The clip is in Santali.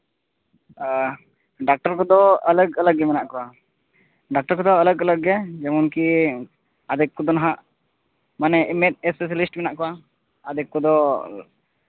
ᱟᱨ ᱰᱟᱠᱴᱟᱨ ᱠᱚᱫᱚ ᱟᱞᱟᱜᱽ ᱟᱞᱟᱜᱽ ᱜᱮ ᱢᱮᱱᱟᱜ ᱠᱚᱣᱟ ᱰᱟᱠᱴᱟᱨ ᱠᱚᱫᱚ ᱟᱞᱟᱜᱽ ᱟᱞᱟᱜᱽ ᱡᱮᱢᱚᱱ ᱠᱤ ᱟᱫᱷᱮᱠ ᱠᱚᱫᱚ ᱱᱟᱦᱟᱸᱜ ᱢᱟᱱᱮ ᱢᱮᱫ ᱥᱯᱮᱥᱟᱞᱤᱥᱴ ᱢᱮᱱᱟᱜ ᱠᱚᱣᱟ ᱟᱫᱷᱮᱠ ᱠᱚᱫᱚ